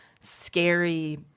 scary